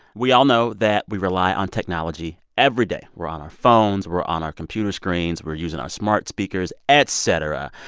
we all know that we rely on technology every day. we're on our phones. we're on our computer screens. we're using our smart speakers, et cetera.